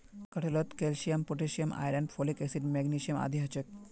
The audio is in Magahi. कटहलत calcium potassium iron folic acid magnesium आदि ह छे